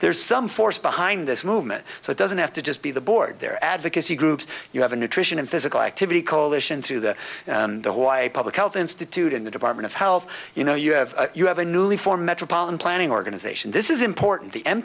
there's some force behind this movement so it doesn't have to just be the board there advocacy groups you have a nutrition and physical activity coalition through the the hawaii public health institute and the department of health you know you have you have a newly formed metropolitan planning organization this is important the m